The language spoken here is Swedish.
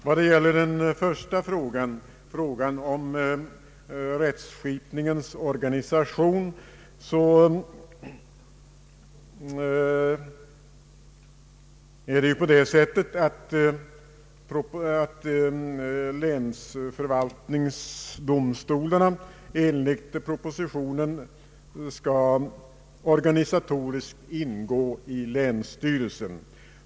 Vad gäller den första frågan, om rättsskipningens organisation, så är det på det sättet att länsförvaltningsdomstolarna enligt propositionen skall organisatoriskt ingå i länsstyrelsen.